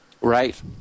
Right